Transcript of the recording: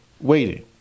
waiting